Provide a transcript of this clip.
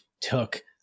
took